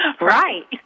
Right